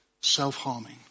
self-harming